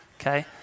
okay